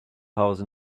house